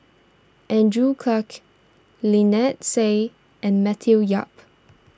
Andrew Clarke Lynnette Seah and Matthew Yap